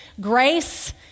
Grace